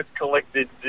collected